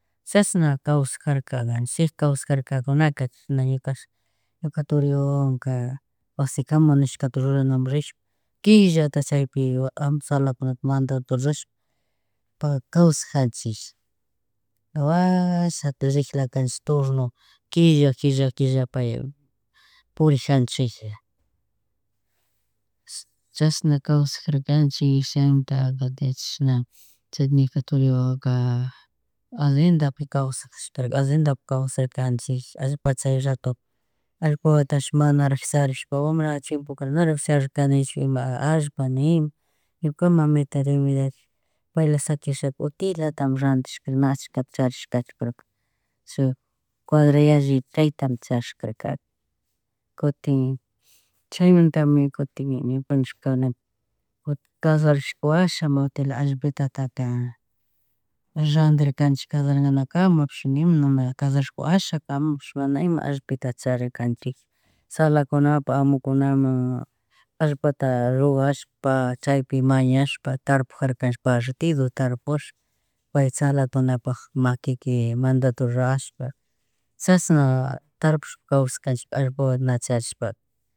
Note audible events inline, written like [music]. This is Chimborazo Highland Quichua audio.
Chashna kawsajarkakaganchika, kawshajarkanunaka chishna ñukapishñuka turi wawawanka wasi kamak nishkata ruranaman rishpa, killata chaypi [noise] amsalakunata, mandadu rushpa. [noise] Kawsajanchik, washata [hesitation] riklakanchik turno [hesitation] killla, killa, killa pay [noise] purijanchikja, [noise] chashna kawsajarkanchik chaymantaka, kutin chishna chay ñuka turi wawaka allendapi kawsashijarka, allendapi kawsakanchik, allapa chay rato. Allpa wawatash manajik charishpa wambra chai tiempoca narik charikanichuk ima allpa nima. [noise] Ñuka mamita de mi vidashi payla saquisirsha utililata randishka na ashkata charishkachu [unintelligible] chay. Cuadra yalli chaytami charishkarka. Cutin [noise] chaymuntami kutin [unintelligible] ñukanchik kunan kasharishka washa ma utilia allpitataka randirkanchik kasharanakarmapi nima, kasharashka washa kama mana ima allpitata charirkanchika, tzalacunapuk amukunaman [hesitation] allpata rugashpa chaypi mañashpa tarpujarkanchik partido tarpush pay tzalakunapak maquiki mandado rushpa chashna tarpush kawsakanchik allpa wawata na charishpaka.